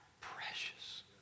precious